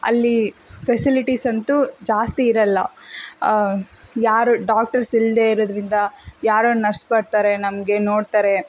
ಅಲ್ಲಿ ಫೆಸಿಲಿಟೀಸ್ ಅಂತೂ ಜಾಸ್ತಿ ಇರೋಲ್ಲ ಯಾರೂ ಡಾಕ್ಟರ್ಸ್ ಇಲ್ಲದೆ ಇರೋದ್ರಿಂದ ಯಾರೋ ನರ್ಸ್ ಬರ್ತಾರೆ ನಮಗೆ ನೋಡ್ತಾರೆ